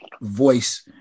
voice